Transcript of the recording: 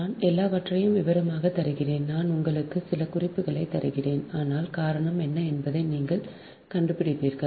நான் எல்லாவற்றையும் விவரமாக தருகிறேன் நான் உங்களுக்கு சில குறிப்புகள் தருகிறேன் ஆனால் காரணம் என்ன என்பதை நீங்கள் கண்டுபிடிப்பீர்கள்